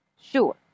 Sure